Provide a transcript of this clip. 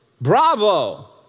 Bravo